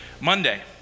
Monday